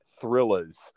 thrillers